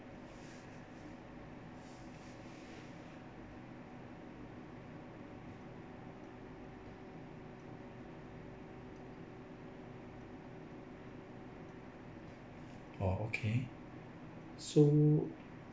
orh okay so